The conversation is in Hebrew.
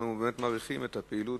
אנחנו באמת מעריכים את הפעילות